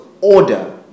order